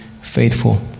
faithful